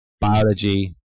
biology